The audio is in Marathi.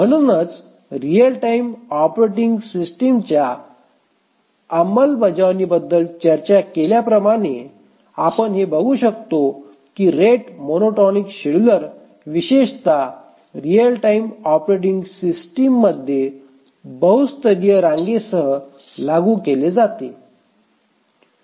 म्हणूनच रिअल टाईम ऑपरेटिंग सिस्टमच्या अंमलबजावणीबद्दल चर्चा केल्याप्रमाणे आपण हे बघू शकतो की रेट मोनोटोनिक शेड्यूलर विशेषत रीअल टाइम ऑपरेटिंग सिस्टममध्ये बहु स्तरीय रांगेसह लागू केले जाते